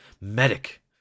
medic